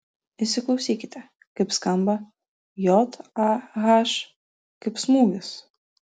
įsiklausykite kaip skamba j a h kaip smūgis